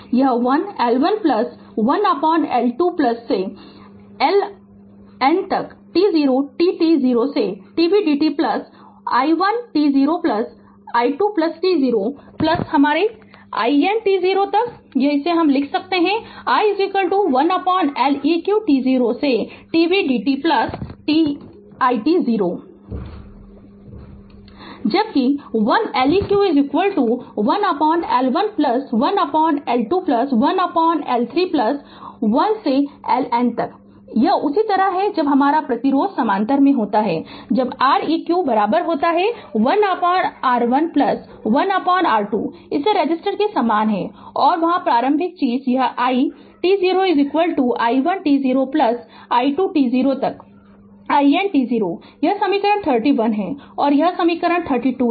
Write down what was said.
यह 1L 1 plus 1L 2 plus से plus 1LN t 0 t t 0 से tv dt plus i1 t 0 plus i2 t 0 plus हमारे i N t 0 तक है या लिख सकता है i 1L eq t 0 to t v dt plus it 0 Refer Slide Time 2114 जबकि 1 L eq 1L 1 plus 1L 2 plus 1L 3 plus 1से LN तक यह उसी तरह है जब हमारा प्रतिरोध समानांतर में होता है जब R eq 1R 1 plus 1R 2 इसे रेसिस्टर के समान है और वहाँ प्रारंभिक चीज़ यह i t 0 i 1 t 0 plus i 2 t 0 तक i N t 0 यह समीकरण 31 है और यह समीकरण 32 है